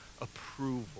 approval